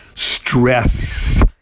Stress